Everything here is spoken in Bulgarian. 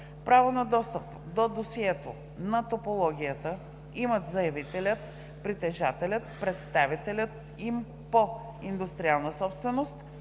Право на достъп до досието на топологията имат заявителят, притежателят, представителят им по индустриална собственост,